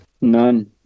None